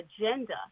agenda